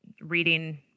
reading